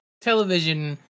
television